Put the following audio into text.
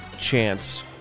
chance